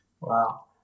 Wow